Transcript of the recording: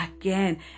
again